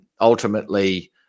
ultimately